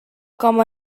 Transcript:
com